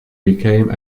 became